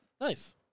Nice